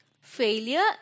failure